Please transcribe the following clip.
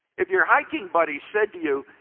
if you are hiking buddy said to you,